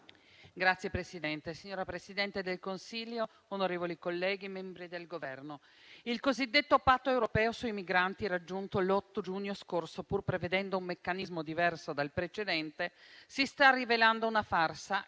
Signor Presidente, signora Presidente del Consiglio, membri del Governo, onorevoli colleghi, il cosiddetto Patto europeo sui migranti raggiunto l'8 giugno scorso, pur prevedendo un meccanismo diverso dal precedente, si sta rivelando una farsa, che però diventa